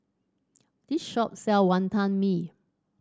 this shop sell Wonton Mee